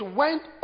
went